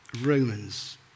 Romans